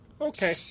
Okay